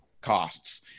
costs